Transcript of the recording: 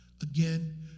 Again